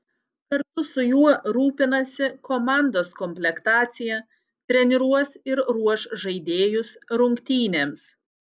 kartu su juo rūpinasi komandos komplektacija treniruos ir ruoš žaidėjus rungtynėms